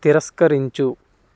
తిరస్కరించు